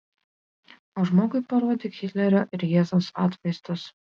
o žmogui parodyk hitlerio ir jėzaus atvaizdus